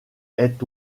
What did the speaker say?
est